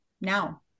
now